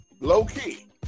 Low-key